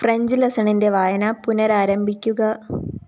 French ലെസണിന്റെ വായന പുനരാരംഭിക്കുക